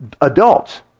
adults